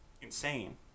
insane